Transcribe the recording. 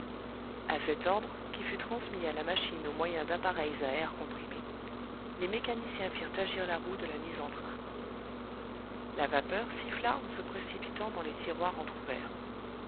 a cet ordre qui fut transmis à la machine au moyen d'appareils à air comprimé les mécaniciens firent agir la roue de la mise en train la vapeur siffla en se précipitant dans les tiroirs